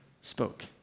spoke